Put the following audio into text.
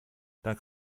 dann